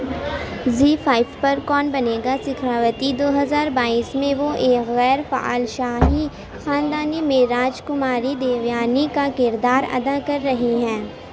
زی five پر کون بنے گا سکھراوتی دو ہزار بائیس میں وہ ایک غیر فعال شاہی خاندانی میں راج کماری دیویانی کا کردار ادا کر رہی ہیں